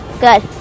Good